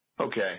Okay